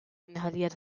inhaliert